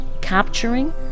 capturing